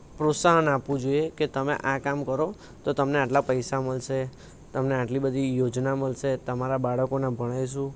પ્રોત્સાહન આપવું જોઈએ કે તમે આ કામ કરો તો તમને આટલા પૈસા મળશે તમને આટલી બધી યોજના મળશે તમારા બાળકોને ભણાવીશું